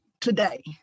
today